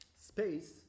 space